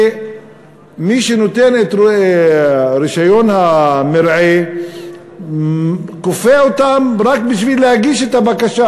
שמי שנותן את רישיון המרעה כופה אותם רק בשביל להגיש את הבקשה.